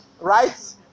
Right